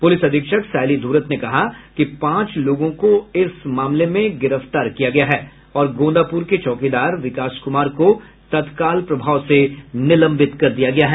police अधीक्षक सायली ध्ररत ने कहा कि पांच लोगों को इस मामले में गिरफ्तार किया गया है और गोंदापुर के चौकीदार विकास कुमार को तत्काल निलंबित कर दिया है